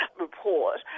report